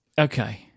Okay